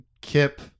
Kip